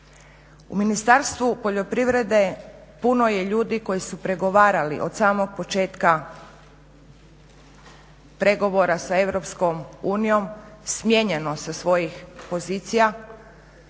U Ministarstvu poljoprivrede puno je ljudi koji su pregovarali od samog početka pregovora sa EU, smijenjeno sa svojih pozicija